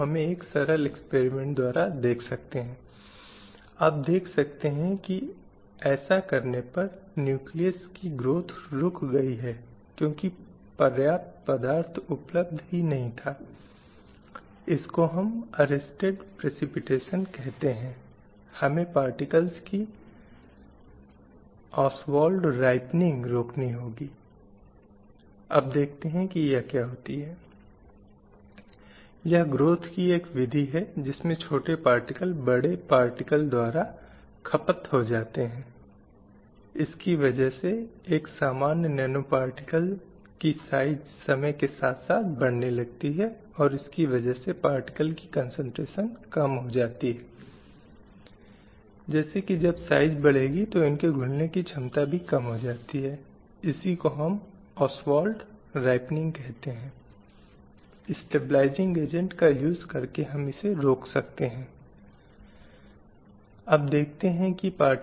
slide समय संदर्भ 1022 इसलिए यदि हम इस संबंध में समाज में महिलाओं की स्थिति पर गौर करना चाहते हैं तो हम यह समझने की कोशिश करेंगे कि भारतीय समाज में विशेष रूप से महिलाओं की स्थिति क्या है और इस मामले में थोड़ा पीछे इतिहास में जाएंगे और फिर यह देखने के लिए आगे बढ़ेंगे कि वर्षों से महिलाओं की बदलती स्थिति क्या है अब यह उन कोणों में से एक है जो वहां है और जो यह बताता है कि पूरे इतिहास में यह भेदभाव का मुद्दा असमानता का मुद्दा हीनता का मुद्दा है जो समाज द्वारा लगातार बढाया गया दोष है